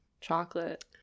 chocolate